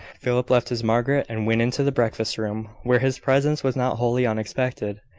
philip left his margaret, and went into the breakfast-room, where his presence was not wholly unexpected.